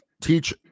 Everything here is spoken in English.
teach